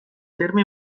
terme